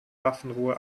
waffenruhe